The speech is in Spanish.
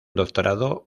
doctorado